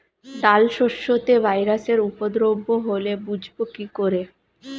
ডাল শস্যতে ভাইরাসের উপদ্রব হলে বুঝবো কি করে?